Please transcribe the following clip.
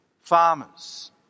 farmers